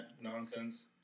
nonsense